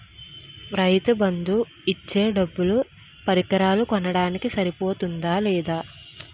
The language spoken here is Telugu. రైతు బందు ఇచ్చే డబ్బులు పరికరాలు కొనడానికి సరిపోతుందా లేదా?